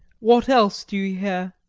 what else do you hear?